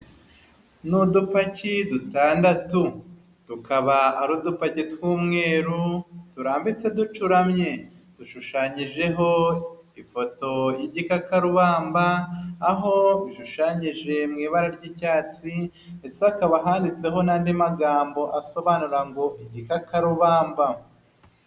Ni udupaki dutandatu, tukaba ari udupaki tw'umweru turambitse ducuramye, dushushanyijeho ifoto y'igikakarubamba, aho bishushanyije mu ibara ry'icyatsi ndetse hakaba handitseho n'andi magambo asobanura ngo igikakarubamba.